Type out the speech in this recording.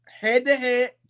head-to-head